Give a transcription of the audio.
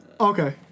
Okay